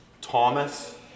Thomas